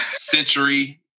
century